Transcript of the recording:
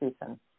Susan